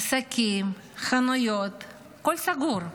העסקים, החנויות, הכול סגור,